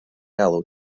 alw